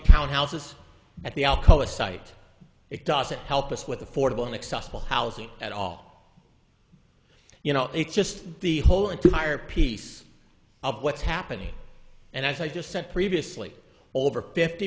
townhouses at the alcoa site it doesn't help us with affordable and accessible housing at all you know it's just the whole entire piece of what's happening and as i just said previously over fifty